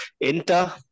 Inter